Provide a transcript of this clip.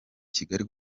kigali